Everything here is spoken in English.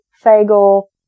Fagel